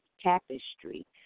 tapestry